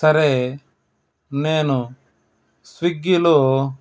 సరే నేను స్విగ్గీలో